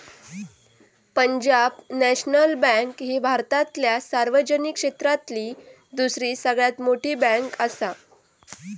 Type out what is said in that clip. Punjab national bank ही भारतातल्या सार्वजनिक क्षेत्रातली दुसरी सगळ्यात मोठी बँकआसा